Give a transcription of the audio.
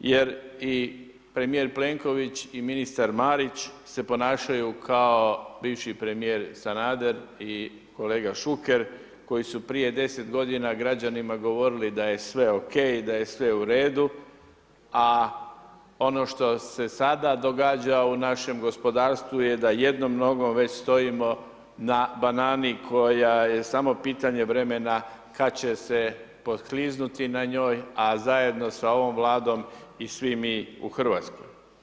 jer i premijer Plenković i ministar Marić se ponašaju kao bivši premijer Sanader i kolega Šuker koji su prije 10 godina građanima govorili da je sve ok, da je sve u redu, a ono što se sada događa u našem gospodarstvu je da jednom nogom već stojimo na banani koja je samo pitanje vremena kada će se pokliznuti na njoj, a zajedno sa ovom Vladom i svi mi u RH.